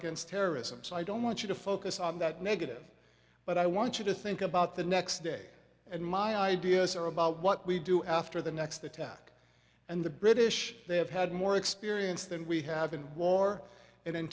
against terrorism so i don't want you to focus on that negative but i want you to think about the next day and my ideas are about what we do after the next attack and the british they have had more experience than we have in war and